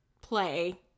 play